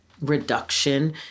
reduction